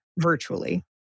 virtually